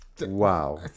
Wow